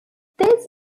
this